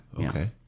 Okay